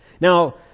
Now